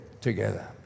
together